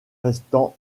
restant